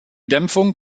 dämpfung